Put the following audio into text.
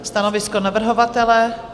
Stanovisko navrhovatele?